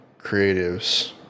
creatives